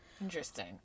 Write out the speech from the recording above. Interesting